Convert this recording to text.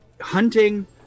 hunting